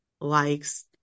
likes